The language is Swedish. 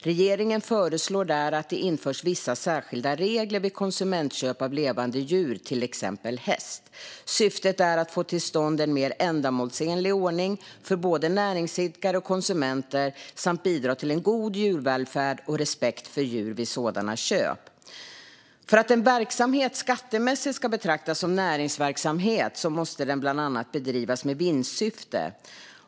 Regeringen föreslår där att det införs vissa särskilda regler vid konsumentköp av levande djur, till exempel häst. Syftet är att få till stånd en mer ändamålsenlig ordning för både näringsidkare och konsumenter samt bidra till en god djurvälfärd och respekt för djur vid sådana köp. För att en verksamhet skattemässigt ska betraktas som näringsverksamhet måste den bland annat bedrivas med vinstsyfte.